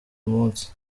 munsi